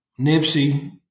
Nipsey